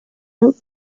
out